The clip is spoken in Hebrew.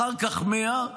אחר כך 100,